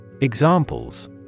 Examples